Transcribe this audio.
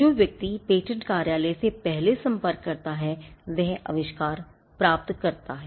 जो व्यक्ति पेटेंट कार्यालय से पहले संपर्क करता है वह आविष्कार प्राप्त करता है